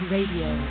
Radio